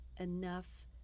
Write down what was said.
enough